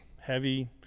heavy